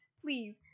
Please